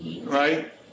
right